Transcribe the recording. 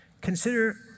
consider